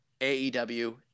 AEW